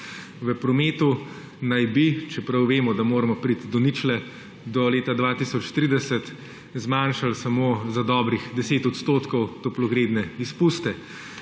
V prometu naj bi, čeprav vemo, da moramo priti do ničle, do leta 2030 zmanjšali samo za dobrih 10 % toplogredne izpuste.